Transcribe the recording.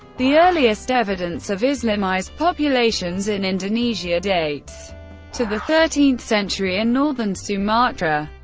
the earliest evidence of islamised populations in indonesia dates to the thirteenth century in northern sumatra.